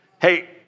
hey